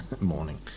morning